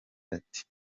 ati